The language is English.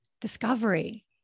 Discovery